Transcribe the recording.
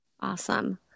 Awesome